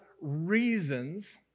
reasons